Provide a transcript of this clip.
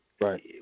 Right